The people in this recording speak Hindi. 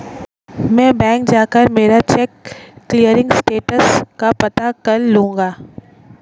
मैं बैंक जाकर मेरा चेक क्लियरिंग स्टेटस का पता कर लूँगा